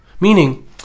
Meaning